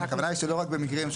הכוונה היא שלא רק במקרים,